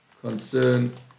concern